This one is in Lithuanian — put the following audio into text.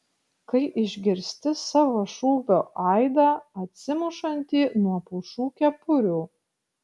kai išgirsti savo šūvio aidą atsimušantį nuo pušų kepurių